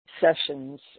sessions